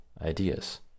ideas